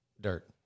dirt